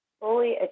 fully